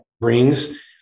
brings